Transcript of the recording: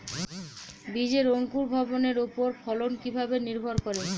বীজের অঙ্কুর ভবনের ওপর ফলন কিভাবে নির্ভর করে?